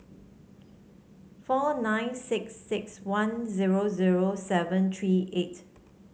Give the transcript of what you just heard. four nine six six one zero zero seven three eight